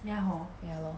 ya lor